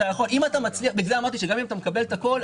בגלל זה אמרתי שגם אם אתה מקבל את הכול,